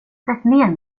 ner